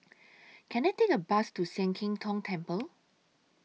Can I Take A Bus to Sian Keng Tong Temple